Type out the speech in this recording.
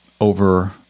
over